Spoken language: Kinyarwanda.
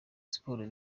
siporo